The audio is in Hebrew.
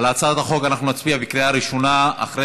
על הצעת החוק אנחנו נצביע בקריאה ראשונה אחרי